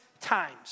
times